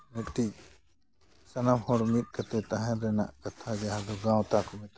ᱢᱤᱫᱴᱮᱱ ᱥᱟᱱᱟᱢ ᱦᱚᱲ ᱢᱤᱫ ᱠᱟᱛᱮ ᱛᱟᱦᱮᱱ ᱨᱮᱱᱟᱜ ᱠᱟᱛᱷᱟ ᱡᱟᱦᱟᱸ ᱫᱚ ᱜᱟᱶᱛᱟ ᱠᱚ ᱢᱮᱛᱟᱜᱼᱟ